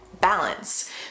balance